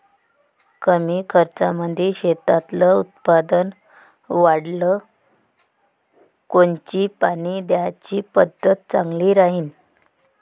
कमी खर्चामंदी शेतातलं उत्पादन वाढाले कोनची पानी द्याची पद्धत चांगली राहीन?